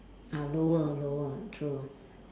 ah lower lower true